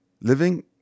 living